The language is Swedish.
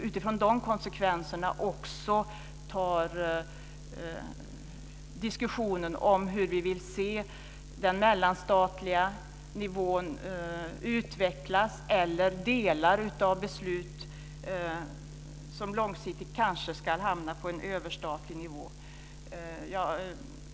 Utifrån de konsekvenserna tar vi också diskussionen om hur vi vill se den mellanstatliga nivån utvecklas. Det kan också röra delar av beslut som långsiktigt kanske ska hamna på en överstatlig nivå.